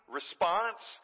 response